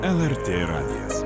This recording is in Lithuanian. lrt radijas